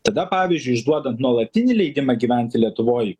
tada pavyzdžiui išduodant nuolatinį leidimą gyventi lietuvoj